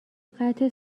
قطع